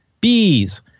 Bees